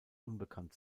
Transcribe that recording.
unbekannt